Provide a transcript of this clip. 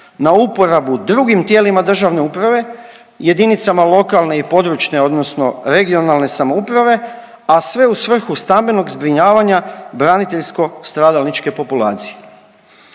na uporabu drugim tijelima državne uprave, jedinicama lokalne i područne (regionalne) samouprave, a sve u svrhu stambenog zbrinjavanja braniteljsko-stradalničke populacije.